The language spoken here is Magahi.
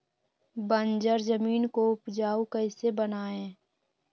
बंजर जमीन को उपजाऊ कैसे बनाय?